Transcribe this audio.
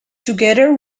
together